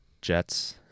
Jets